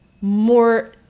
more